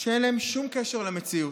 שאין להם שום קשר למציאות.